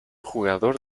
jugador